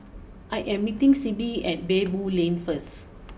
I am meeting Sibbie at Baboo Lane first